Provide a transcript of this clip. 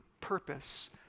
purpose